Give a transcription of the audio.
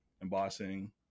embossing